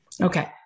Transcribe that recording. Okay